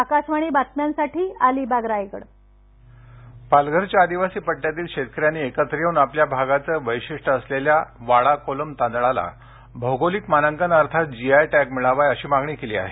आकाशवाणी बातम्यांसाठी शोभना देशमुख अलिबाग रायगड वाडा कोलम पालघरच्या आदिवासी पट्टयातील शेतकऱ्यांनी एकत्र येऊन आपल्या भागाचे वैशिष्ठय असलेल्या वाडा कोलम तांदळाला भौगोलिक मानांकन अर्थात जी आय टॅग मिळावा अशी मागणी केली आहे